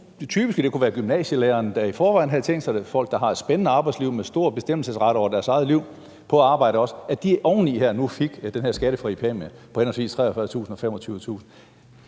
typisk kunne det være gymnasielæreren, der i forvejen havde tænkt sig det; folk med et spændende arbejdsliv med stor bestemmelsesret over deres eget liv også på arbejdet - der oveni nu fik den her skattefri præmie på henholdsvis 43.000 kr. og 25.000